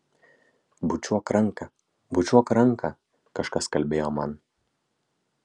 bučiuok ranką bučiuok ranką kažkas kalbėjo man